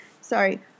sorry